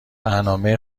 برنامه